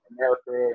America